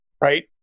right